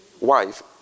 wife